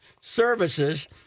Services